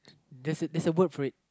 there's a there's a word for it